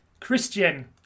Christian